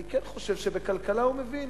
אני כן חושב שבכלכלה הוא מבין.